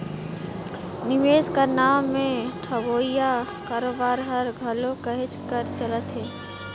निवेस कर नांव में ठगोइया कारोबार हर घलो कहेच कर चलत हे